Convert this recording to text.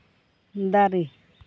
ᱫᱟᱨᱮ